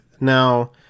Now